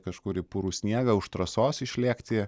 kažkur į purų sniegą už trasos išlėkti